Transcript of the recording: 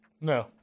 no